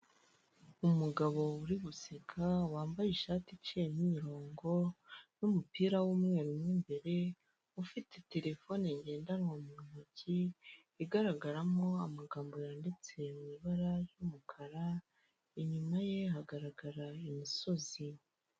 Umugabo uri guseka wambaye ishati iciyemo imirongo n'umupira w'umweru mo imbere ufite terefone ngendanwa mu ntoki igaragaramo amagambo yanditse mu ibara ry'umukara, inyuma ye hagaragarara imisozi.